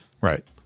Right